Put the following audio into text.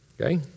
Okay